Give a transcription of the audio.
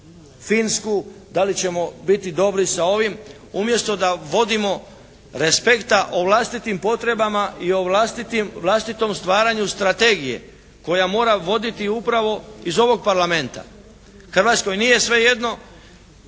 da li ćemo biti dobi sa ovim umjesto da vodimo respekta o vlastitim potrebama i o vlastitom stvaranju strategije koja mora voditi upravo iz ovog Parlamenta. Hrvatskoj nije svejedno,